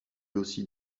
aussi